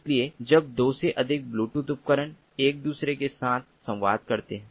इसलिए जब 2 से अधिक ब्लूटूथ उपकरण एक दूसरे के साथ संवाद करते हैं